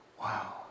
Wow